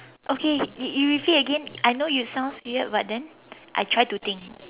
okay you you repeat again I know it sounds weird but then I try to think